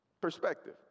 perspective